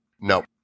No